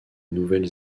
nouvelle